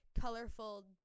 colorful